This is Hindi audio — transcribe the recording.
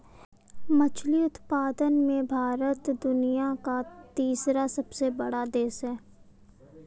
मछली उत्पादन में भारत दुनिया का तीसरा सबसे बड़ा देश है